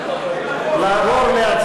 מה עם החוק?